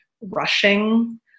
rushing